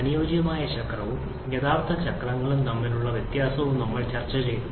അനുയോജ്യമായ ചക്രവും യഥാർത്ഥ ചക്രങ്ങളും തമ്മിലുള്ള വ്യത്യാസവും നമ്മൾ ചർച്ചചെയ്തു